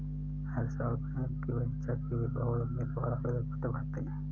हर साल बैंक की परीक्षा के लिए बहुत उम्मीदवार आवेदन पत्र भरते हैं